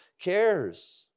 cares